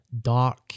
dark